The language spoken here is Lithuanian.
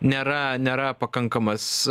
nėra nėra pakankamas